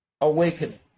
awakening